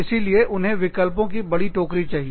इसीलिए उन्हें विकल्पों की बड़ी टोकरी चाहिए